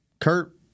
Kurt